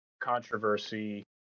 controversy –